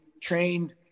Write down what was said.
trained